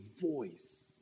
voice